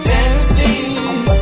Tennessee